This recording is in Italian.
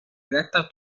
detta